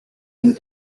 and